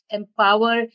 empower